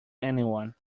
anyone